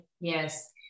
Yes